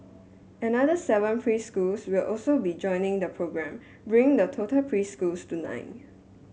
another seven preschools will also be joining the programme bringing the total preschools to nine